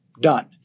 done